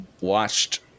watched